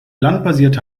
landbasierte